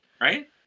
right